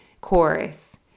chorus